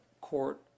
court